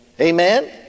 Amen